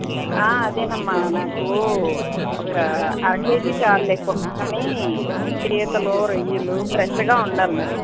అదేనమ్మా నాకు ఒక అర కేజీ చాలులే కానీ పీతలు రొయ్యలు ఫ్రెష్గా ఉండాలి మరి